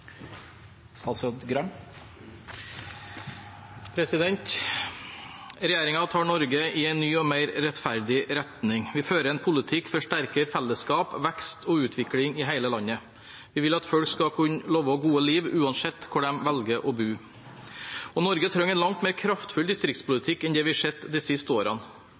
tar Norge i en ny og mer rettferdig retning. Vi fører en politikk for sterkere fellesskap, vekst og utvikling i hele landet. Vi vil at folk skal kunne leve et godt liv uansett hvor de velger å bo. Norge trenger en langt mer kraftfull distriktspolitikk enn vi har sett de siste årene.